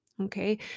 Okay